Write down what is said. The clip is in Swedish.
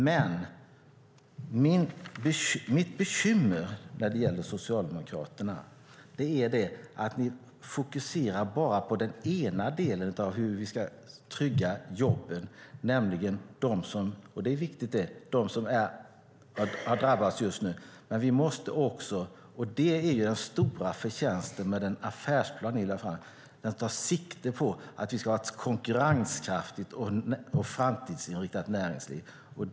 Men mitt bekymmer när det gäller Socialdemokraterna är att de fokuserar bara på den ena delen av hur vi ska trygga jobben, nämligen de som har drabbats just nu. Men vi måste också fokusera på annat. Det är den stora förtjänsten med den affärsplan som ni lade fram, nämligen att den tar sikte på att vi ska ha ett konkurrenskraftigt och framtidsinriktat näringsliv.